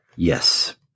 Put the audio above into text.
Yes